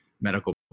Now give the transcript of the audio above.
medical